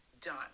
done